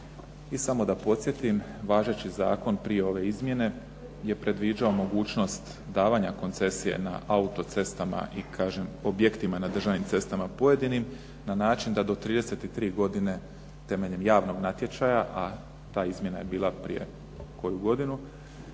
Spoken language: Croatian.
I samo da podsjetim, važeći zakon prije ove izmjene je predviđao mogućnost davanja koncesije na auto-cestama i kažem objektima na državnim cestama pojedinim na način da do 33 godine temeljem javnog natječaja a ta izmjena je bila prije koju godinu